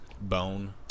bone